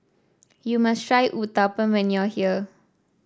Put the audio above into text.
you must try Uthapam when you are here